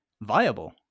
viable